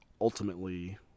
ultimately